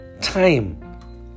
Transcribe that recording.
time